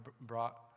brought